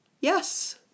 yes